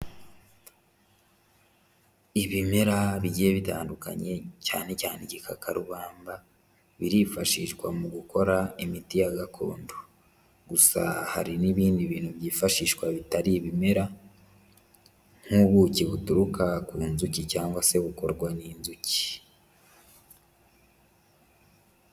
Ibimera bigiye bitandukanye cyane cyane igikakarubamba birifashishwa mu gukora imiti ya gakondo, gusa hari n'ibindi bintu byifashishwa bitari ibimera, nk'ubuki buturuka ku nzuki cyangwa se bukorwa n'inzuki.